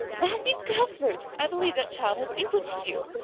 matthew cuthbert, i believe that child has bewitched you!